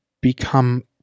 become